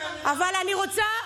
אבל אני רוצה,